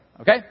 Okay